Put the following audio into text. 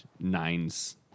nines